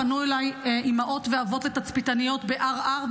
פנו אליי אימהות ואבות לתצפיתניות בערער,